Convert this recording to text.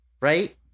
right